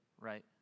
right